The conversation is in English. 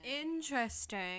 Interesting